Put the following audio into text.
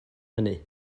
hynny